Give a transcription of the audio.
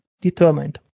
determined